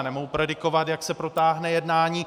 Nemohu predikovat, jak se protáhne jednání.